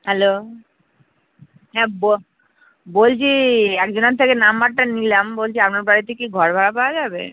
hello হ্যাঁ বলছি একজনের থেকে নাম্বারটা নিলাম বলছি আপনার বাড়িতে কি ঘর ভাড়া পাওয়া যাবে